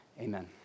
amen